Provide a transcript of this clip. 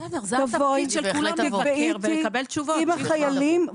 תקבעי איתי עם החיילים.